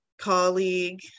colleague